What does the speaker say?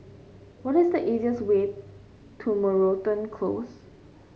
what is the easiest way to Moreton Close